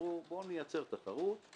ברגע שהוא נסגר אז